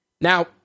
Now